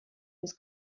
was